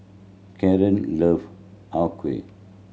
Caron love Har Kow